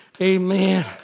Amen